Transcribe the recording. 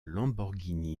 lamborghini